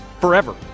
forever